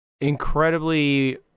incredibly